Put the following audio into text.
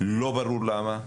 לא ברור למה?